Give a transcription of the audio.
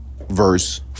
verse